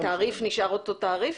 התעריף נשאר אותו תעריף?